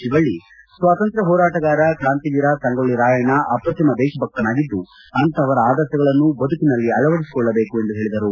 ಶಿವಳ್ಳಿ ಸ್ವಾತಂತ್ರ್ಯ ಹೋರಾಟಗಾರ ಕಾಂತಿವೀರ ಸಂಗೊಳ್ಳಿ ರಾಯಣ್ಣ ಅಪ್ರತಿಮ ದೇಶಭಕ್ತನಾಗಿದ್ದು ಅಂತಪವರ ಆದರ್ಶಗಳನ್ನು ಬದುಕಿನಲ್ಲಿ ಅಳವಡಿಸಿಕೊಳ್ಳಬೇಕು ಎಂದು ಹೇಳಿದರು